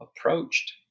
approached